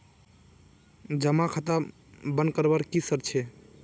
जमा खाता बन करवार की शर्त छे?